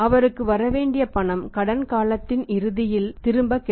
அவருக்கு வரவேண்டிய பணம் கடன் காலத்தில் இறுதியில் திரும்ப கிடைக்கும்